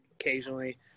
occasionally